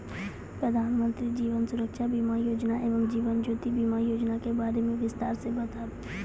प्रधान मंत्री जीवन सुरक्षा बीमा योजना एवं जीवन ज्योति बीमा योजना के बारे मे बिसतार से बताबू?